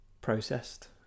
processed